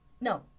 No